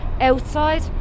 outside